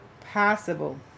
possible